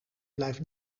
blijft